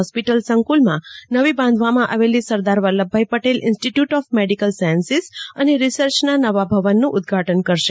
hospital સંકુલમાં નવી બાંધવામાં આવેલી Sardar Vallabhbhai Patel institute of medical sciences અને રિસર્ચના નવા ભવનનું ઉદઘાટન કરશે